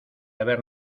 haber